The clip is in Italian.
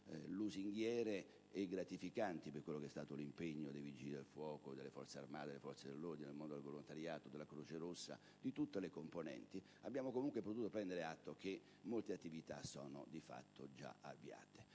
lusinghiere e gratificanti per quello che è stato l'impegno dei Vigili del fuoco, delle Forze armate, delle forze dell'ordine, del mondo del volontariato, della Croce rossa, di tutte le componenti) abbiamo comunque potuto prendere atto che molte attività sono di fatto già avviate.